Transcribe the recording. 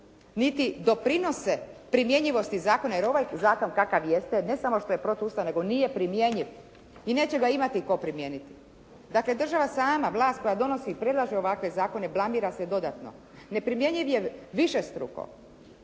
niti doprinose primjenjivosti zakona, jer ovaj zakon kakav jest ne samo što je protuustavan nego nije primjenjiv i neće ga imati tko primijeniti. Dakle, država sama, vlast koja donosi i predlaže ovakve zakone blamira se dodatno. Neprimjenjiv je višestruko.